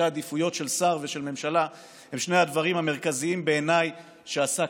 עדיפויות של שר ושל ממשלה הם שני הדברים המרכזיים שבעיניי הוא עשה כשר: